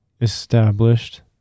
Established